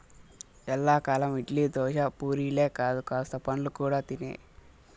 ఎల్లకాలం ఇడ్లీ, దోశ, పూరీలే కాదు కాస్త పండ్లు కూడా తినే